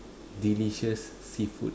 delicious seafood